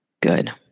Good